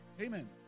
Amen